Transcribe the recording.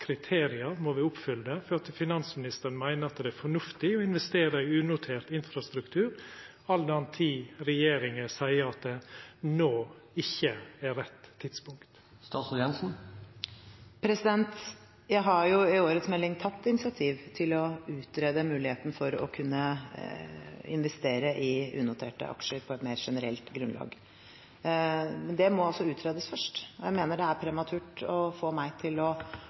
må me oppfylla for at finansministeren meiner det er fornuftig å investera i unotert infrastruktur, all den tid regjeringa seier at det no ikkje er rett tidspunkt? Jeg har i årets melding tatt initiativ til å utrede muligheten for å kunne investere i unoterte aksjer på et mer generelt grunnlag. Men det må utredes først. Jeg mener det er prematurt av meg å